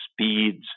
speeds